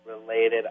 related